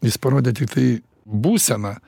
jis parodė tiktai būseną